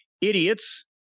idiots